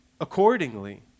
accordingly